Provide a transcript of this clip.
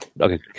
Okay